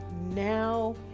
now